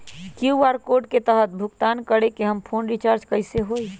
QR code के तहद भुगतान करके हम फोन रिचार्ज कैसे होई?